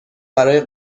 برای